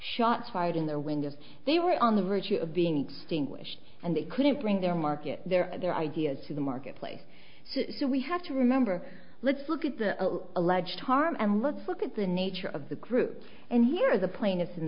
shots fired in their windows they were on the verge of being extinguished and they couldn't bring their market their their ideas to the marketplace so we have to remember let's look at the alleged harm and let's look at the nature of the group and here the plaintiffs in